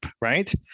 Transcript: Right